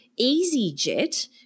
EasyJet